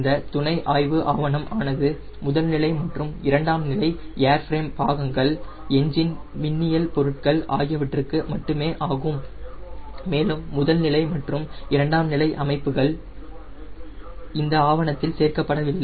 இந்த துணை ஆய்வு ஆவணம் ஆனது முதல் நிலை மற்றும் இரண்டாம் நிலை ஏர்ஃபிரேம் பாகங்கள் என்ஜின் மின்னியல் பொருட்கள் ஆகியவற்றுக்கு மட்டுமே ஆகும் மேலும் முதல் நிலை மற்றும் இரண்டாம் நிலை அமைப்புகள் இந்த ஆவணத்தில் சேர்க்கப்படவில்லை